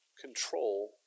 control